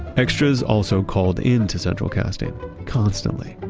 extras also called in to central casting constantly,